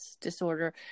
disorder